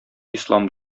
ислам